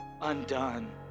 Undone